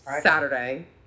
Saturday